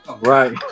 right